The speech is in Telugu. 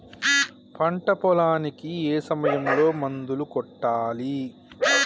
పంట పొలానికి ఏ సమయంలో మందులు కొట్టాలి?